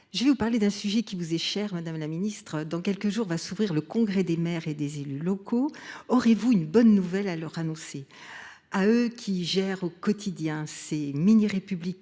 je vais vous parler d’un sujet qui vous est cher. Alors que va s’ouvrir dans quelques jours le congrès des maires et des élus locaux, aurez vous une bonne nouvelle à leur annoncer ? Ce sont eux qui gèrent au quotidien ces mini républiques